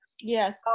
Yes